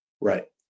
Right